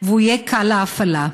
והוא יהיה קל להפעלה.